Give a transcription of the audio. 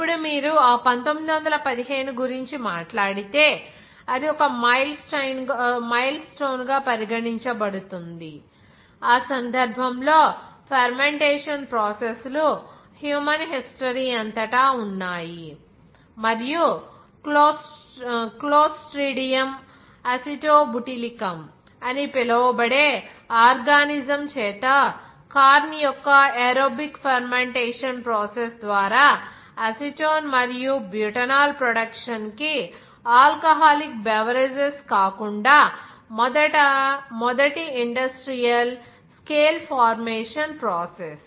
ఇప్పుడు మీరు ఆ 1915 గురించి మాట్లాడితే అది ఒక మైల్ స్టోన్ గా పరిగణించబడుతుంది ఆ సందర్భంలో ఫెర్మెంటేషన్ ప్రాసెస్ లు హ్యూమన్ హిస్టరీ అంతటా ఉన్నాయి మరియు క్లోస్ట్రిడియం అసిటోబుటిలికం అని పిలువబడే ఆర్గానిజం చేత కార్న్ యొక్క ఏరోబిక్ ఫెర్మెంటేషన్ ప్రాసెస్ ద్వారా అసిటోన్ మరియు బ్యూటనాల్ ప్రొడక్షన్ కి ఆల్కహాలిక్ బెవరేజెస్ కాకుండా మొదటి ఇండస్ట్రియల్ స్కేల్ ఫార్మేషన్ ప్రాసెస్